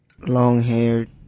Long-haired